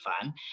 fun